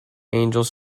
angels